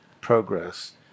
progress